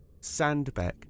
Sandbeck